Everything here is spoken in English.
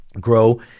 grow